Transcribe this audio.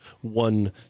One